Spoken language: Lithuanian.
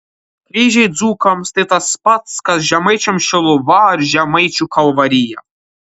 kryžiai dzūkams tai tas pats kas žemaičiams šiluva ar žemaičių kalvarija